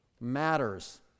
Matters